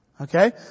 Okay